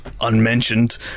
unmentioned